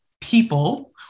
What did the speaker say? people